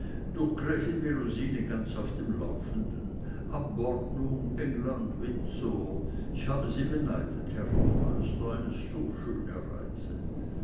durch gräfin melusine ganz auf dem laufenden abordnung england windsor ich habe sie beneidet herr rittmeister eine so schöne reise